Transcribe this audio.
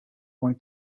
one